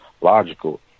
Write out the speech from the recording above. logical